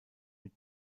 mit